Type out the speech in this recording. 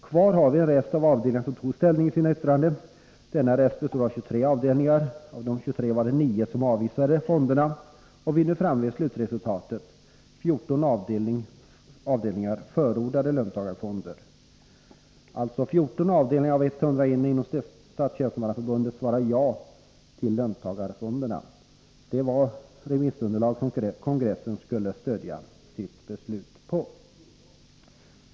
Kvar hade vi alltså en rest av avdelningar som tog ställning i sina yttranden. Denna rest bestod av 23 avdelningar. Av dessa 23 avvisade 9 stycken kollektiva fonder. Vi är nu framme vid slutresultatet: 14 avdelningar förordade löntagarfonder. 14 avdelningar av 101 inom Statstjänstemannaförbundet svarade alltså ja till löntagarfonder. Detta var det remissunderlag som kongressen skulle stödja sitt beslut på.